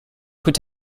put